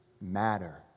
matter